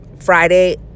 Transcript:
Friday